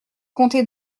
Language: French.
comptez